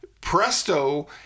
Presto